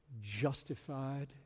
justified